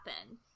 happen